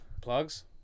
Plugs